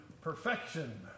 perfection